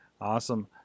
Awesome